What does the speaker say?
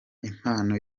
impano